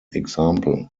example